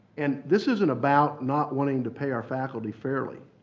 and this isn't about not wanting to pay our faculty fairly.